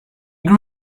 grew